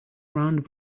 round